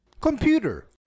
Computer